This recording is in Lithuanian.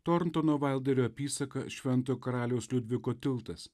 torntono vailderio apysaka švento karaliaus liudviko tiltas